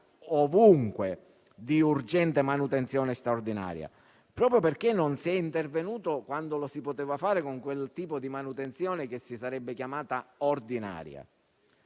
ovunque di urgente manutenzione straordinaria, proprio perché non si è intervenuto quando lo si poteva fare con quel tipo di manutenzione che si sarebbe chiamata ordinaria.